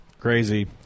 Crazy